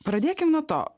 pradėkime nuo to